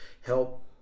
help